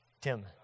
Tim